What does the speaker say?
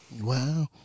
Wow